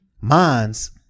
minds